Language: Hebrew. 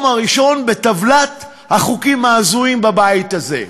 הראשון בטבלת החוקים ההזויים בבית הזה.